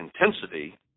intensity